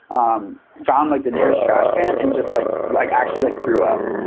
um found like the nearest trash can. and just like like actually, like, threw up.